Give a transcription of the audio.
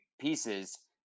pieces